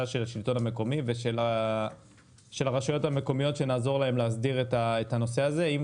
של השלטון המקומי ושל הרשויות המקומיות שנעזור להן להסדיר את הנושא הזה.